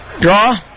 draw